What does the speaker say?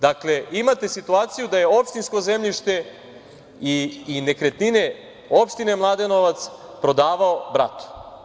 Dakle, imate situaciju da je opštinsko zemljište i nekretnine opštine Mladenovac prodavao bratu.